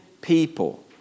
people